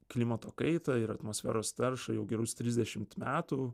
klimato kaitą ir atmosferos taršą jau gerus trisdešimt metų